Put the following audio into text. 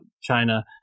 China